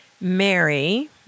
Mary